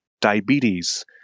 diabetes